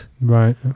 right